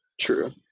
True